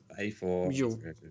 A4